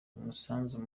umusanzu